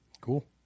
Cool